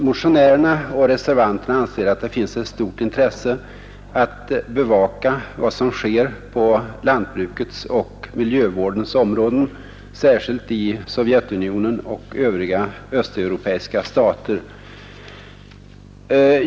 Motionärerna och reservanterna anser att vårt land har stort intresse av att bevaka vad som sker på lantbrukets och miljövårdens områden, särskilt i Sovjetunionen och övriga östeuropeiska stater.